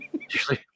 Usually